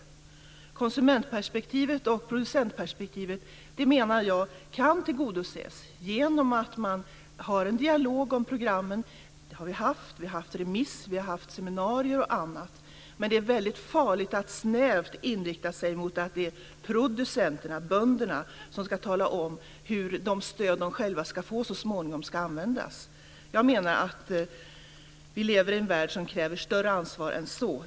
Jag menar att konsumentperspektivet och producentperspektivet kan tillgodoses genom att man har en dialog om programmen. Det har vi haft. Vi har haft en remissomgång, och vi har haft seminarier och annat. Men det är väldigt farligt att snävt inrikta sig mot att det är producenterna, bönderna, som ska tala om hur de stöd som de själva så småningom ska få ska användas. Jag menar att vi lever i en värld som kräver större ansvar än så.